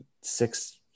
six –